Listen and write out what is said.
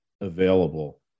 available